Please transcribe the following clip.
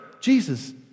Jesus